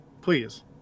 please